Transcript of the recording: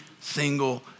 single